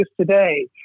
today